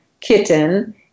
kitten